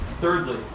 thirdly